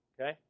Okay